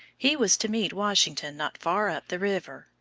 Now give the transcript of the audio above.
he was to meet washington not far up the river,